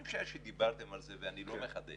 אני משער שדיברתם על זה ואני לא מחדש,